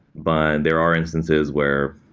but there are instances where,